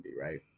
right